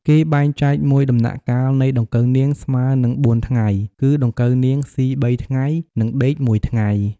គេបែងចែកមួយដំណាក់កាលនៃដង្កូវនាង ស្មើនឹងបួនថ្ងៃ គឺដង្កូវនាងស៊ី៣ថ្ងៃ និងដេកមួយថ្ងៃ។